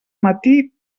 matí